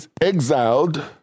exiled